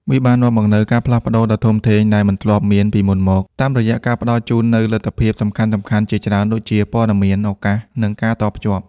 វាបាននាំមកនូវការផ្លាស់ប្តូរដ៏ធំធេងដែលមិនធ្លាប់មានពីមុនមក តាមរយៈការផ្តល់ជូននូវលទ្ធភាពសំខាន់ៗជាច្រើន ដូចជា ព័ត៌មាន ឱកាស និងការតភ្ជាប់។